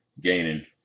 gaining